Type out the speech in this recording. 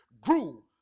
grew